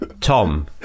Tom